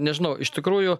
nežinau iš tikrųjų